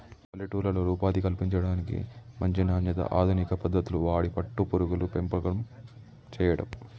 పల్లెటూర్లలో ఉపాధి కల్పించడానికి, మంచి నాణ్యత, అధునిక పద్దతులు వాడి పట్టు పురుగుల పెంపకం చేయడం